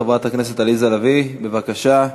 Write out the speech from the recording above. חברת הכנסת עליזה לביא, בבקשה,